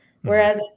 whereas